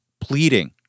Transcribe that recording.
pleading